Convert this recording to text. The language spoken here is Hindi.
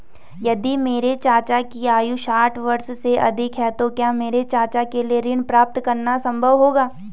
यदि मेरे चाचा की आयु साठ वर्ष से अधिक है तो क्या मेरे चाचा के लिए ऋण प्राप्त करना संभव होगा?